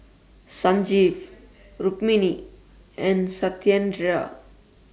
Sanjeev Rukmini and Satyendra